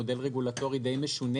מודל רגולטורי די משונה,